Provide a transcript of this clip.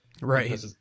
Right